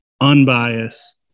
unbiased